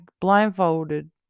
blindfolded